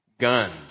guns